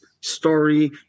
story